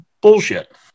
bullshit